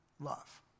love